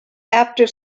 after